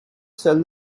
sell